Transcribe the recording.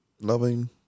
Loving